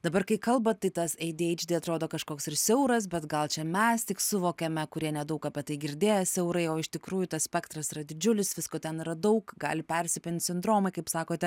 dabar kai kalbat tai tas ei dy eidž dy atrodo kažkoks ir siauras bet gal čia mes tik suvokiame kurie nedaug apie tai girdėję siaurai o iš tikrųjų tas spektras yra didžiulis visko ten yra daug gali persipint sindromai kaip sakote